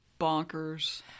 bonkers